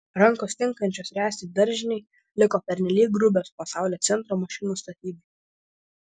rankos tinkančios ręsti daržinei liko pernelyg grubios pasaulio centro mašinos statybai